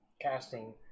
casting